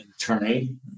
attorney